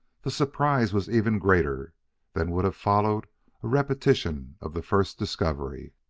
the surprise was even greater than would have followed a repetition of the first discovery.